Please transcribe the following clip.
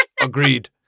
agreed